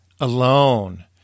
alone